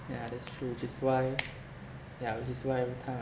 yeah that's true which is why yeah which is why every time I